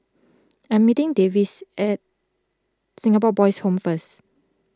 I am meeting Davis at Singapore Boys' Home first